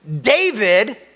David